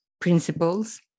principles